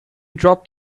dropped